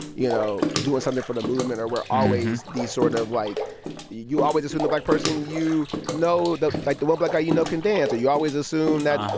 you know, doing something for the movement. or we're always these sort of, like you always assume the black person you know like, the one black guy you know can dance. or you always assume that,